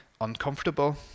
uncomfortable